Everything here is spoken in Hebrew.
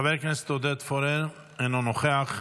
חבר הכנסת עודד פורר, אינו נוכח.